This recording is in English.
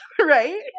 right